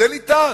זה ניתן,